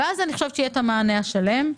ואז יהיה המענה השלם.